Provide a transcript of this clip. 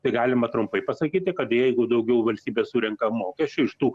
tai galima trumpai pasakyti kad jeigu daugiau valstybė surenka mokesčių iš tų